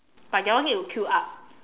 but that one need to queue up